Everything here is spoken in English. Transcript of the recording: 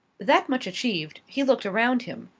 that much achieved, he looked around him.